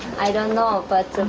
i don't know. but